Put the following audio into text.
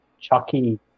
Chucky